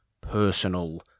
personal